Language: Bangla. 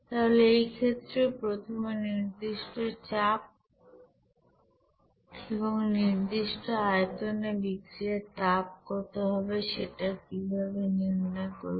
তাহলে এই ক্ষেত্রে প্রথমে নির্দিষ্ট চাপ এবং নির্দিষ্ট আয়তনে বিক্রিয়ার তাপ কত হবে সেটা কিভাবে নির্ণয় করবে